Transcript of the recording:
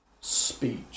speech